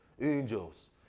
angels